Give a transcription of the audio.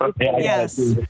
yes